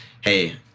Hey